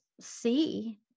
see